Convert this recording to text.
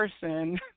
person